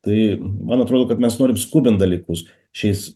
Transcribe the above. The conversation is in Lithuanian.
tai man atrodo kad mes norim skubint dalykus šiais